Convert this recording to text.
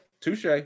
Touche